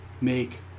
make